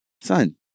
son